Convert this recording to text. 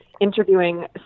interviewing